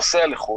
נוסע לחו"ל,